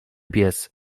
pies